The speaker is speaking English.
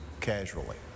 casually